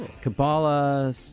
Kabbalah